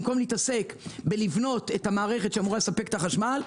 במקום להתעסק בלבנות את המערכת שאמורה לספק את החשמל,